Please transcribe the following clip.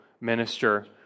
minister